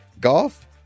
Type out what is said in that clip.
Golf